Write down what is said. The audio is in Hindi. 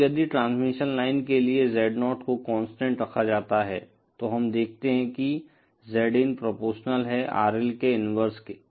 अब यदि ट्रांसमिशन लाइन के लिए Z0 को कांस्टेंट रखा जाता है तो हम देखते हैं कि ZIn प्रोपोरशनल है RL के इनवर्स के